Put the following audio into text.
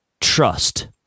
trust